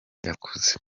akuze